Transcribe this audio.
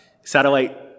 satellite